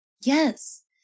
Yes